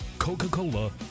Coca-Cola